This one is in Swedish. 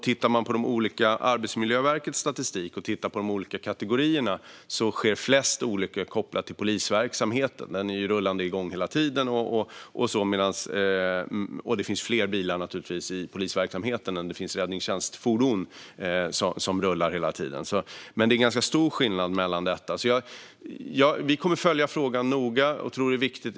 Tittar man på de olika kategorierna i Arbetsmiljöverkets statistik ser man att flest olyckor sker kopplat till polisverksamheten. Den är ju igång och rullar hela tiden, och det finns naturligtvis fler bilar i polisverksamheten än vad det finns räddningstjänstfordon som rullar hela tiden. Det är dock en ganska stor skillnad mellan dessa. Vi kommer att följa frågan noga.